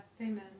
Amen